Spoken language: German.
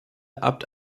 abd